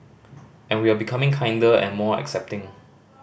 and we are becoming kinder and more accepting